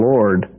Lord